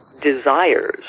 desires